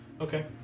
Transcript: Okay